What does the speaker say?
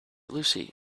lucy